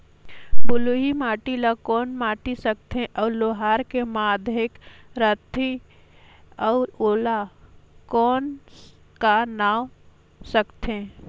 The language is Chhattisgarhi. बलुही माटी ला कौन माटी सकथे अउ ओहार के माधेक राथे अउ ओला कौन का नाव सकथे?